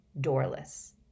doorless